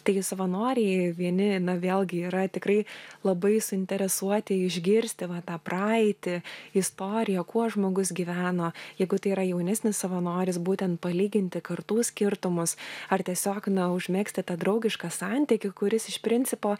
taigi savanoriai vieni vėlgi yra tikrai labai suinteresuoti išgirsti va tą praeitį istoriją kuo žmogus gyveno jeigu tai yra jaunesnis savanoris būtent palyginti kartų skirtumus ar tiesiog na užmegzti tą draugišką santykį kuris iš principo